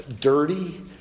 dirty